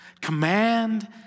Command